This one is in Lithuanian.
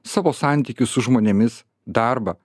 savo santykius su žmonėmis darbą